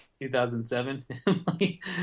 2007